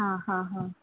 അ ഹ ഹ